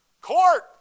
Court